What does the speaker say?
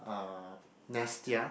um Nestia